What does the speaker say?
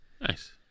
Nice